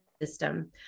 system